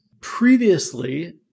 previously